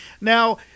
Now